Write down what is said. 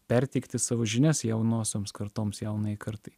perteikti savo žinias jaunosioms kartoms jaunajai kartai